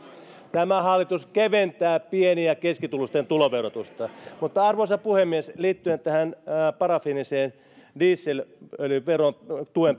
tämä hallitus keventää pieni ja keskituloisten tuloverotusta mutta arvoisa puhemies liittyen tähän parafiinisen dieselöljyn verotuen